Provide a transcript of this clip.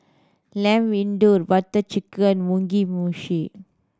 Lamb Vindaloo Butter Chicken Mugi Meshi